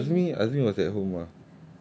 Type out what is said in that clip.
but azmi azmi was at home ah